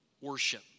Worship